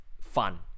Fun